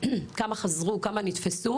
כמה חזרו, כמה נתפסו